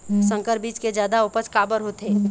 संकर बीज के जादा उपज काबर होथे?